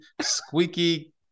squeaky